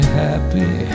happy